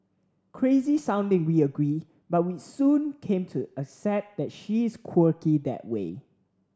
crazy sounding we agree but we soon came to accept that she is quirky that way